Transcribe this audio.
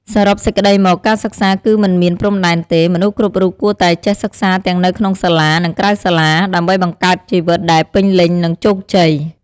សរុបសេចក្តីមក ការសិក្សាគឺមិនមានព្រំដែនទេ មនុស្សគ្រប់រូបគួរតែចេះសិក្សាទាំងនៅក្នុងសាលា និងក្រៅសាលា ដើម្បីបង្កើតជីវិតដែលពេញលេញ និងជោគជ័យ។